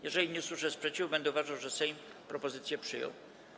Jeżeli nie usłyszę sprzeciwu, będę uważał, że Sejm propozycję przyjął.